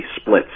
splits